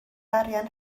arian